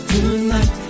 Tonight